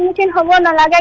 you know la la la like